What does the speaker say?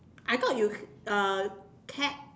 I thought you uh cat